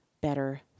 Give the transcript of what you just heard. better